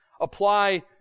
apply